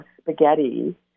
spaghetti